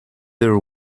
their